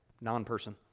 non-person